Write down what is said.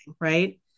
right